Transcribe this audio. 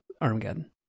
Armageddon